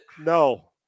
No